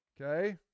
Okay